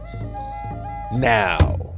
now